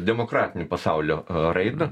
demokratinio pasaulio raidą